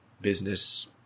business